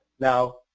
Now